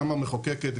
גם המחוקקת,